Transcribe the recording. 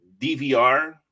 DVR